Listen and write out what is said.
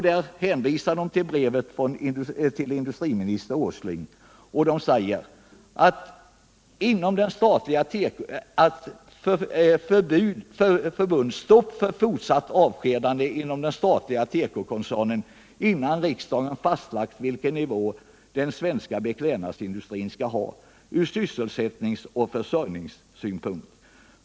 Där hänvisar förbundet till sitt brev till industriminister Åsling, i vilket krävdes ”stopp för fortsatta avskedanden inom den statliga tekokoncernen innan riksdagen fastlagt vilken nivå den svenska beklädnadsindustrin ska ha ur sysselsättningsoch försörjningssynpunkt.